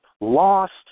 lost